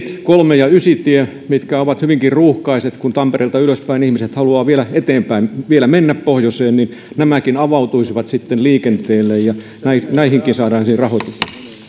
kolmos ja ysitie mitkä ovat hyvinkin ruuhkaiset kun tampereelta ihmiset haluavat vielä eteenpäin mennä pohjoiseen avautuisivat sitten liikenteelle ja näihinkin saataisiin rahoitusta